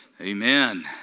Amen